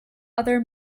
other